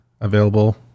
available